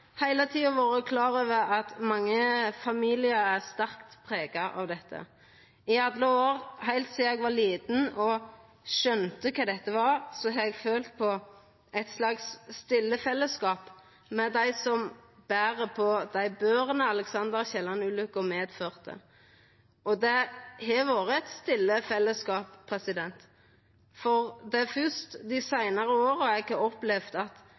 heile tida vore klar over at mange familiar er sterkt prega av dette. I alle år, heilt sidan eg var lita og skjønte kva dette var, har eg følt på eit slags stille fellesskap med dei som ber dei børene Alexander L. Kielland-ulykka medførte. Og det har vore eit stille fellesskap, for det er fyrst dei seinare åra eg har opplevd at